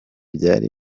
byari